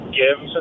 give